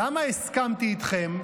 למה הסכמתי איתכם?